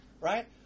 Right